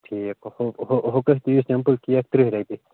ٹھیٖکھ ہُہ ہُہ ہُہ کٔہۍ چھُ یُس سِمپُل کیک ترٕٛہہِ رۄپپہِ